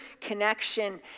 connection